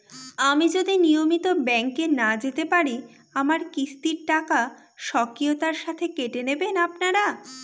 আমি যদি নিয়মিত ব্যংকে না যেতে পারি আমার কিস্তির টাকা স্বকীয়তার সাথে কেটে নেবেন আপনারা?